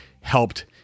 helped